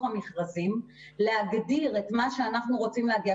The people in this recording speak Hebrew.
המכרזים להגדיר את מה שאנחנו רוצים להגיע,